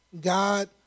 God